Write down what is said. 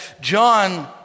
John